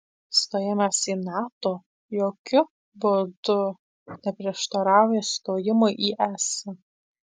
stojimas į nato jokiu būdu neprieštarauja stojimui į es